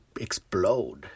explode